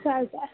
चालतं आहे